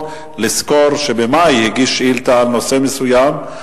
לזכור שבמאי הגיש שאילתא על נושא מסוים,